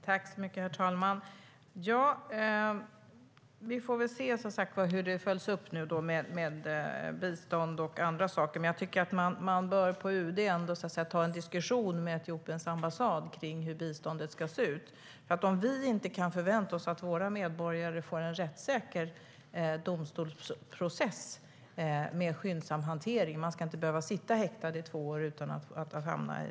Herr talman! Vi får väl se hur det följs upp nu då med bistånd och annat, men jag tycker att UD ändå bör ta en diskussion med Etiopiens ambassad om hur biståndet ska se ut. Om vi inte kan förvänta oss att våra medborgare får en rättssäker domstolsprocess med skyndsam hantering tycker jag att vi måste kunna ta upp det med Etiopiens ambassad.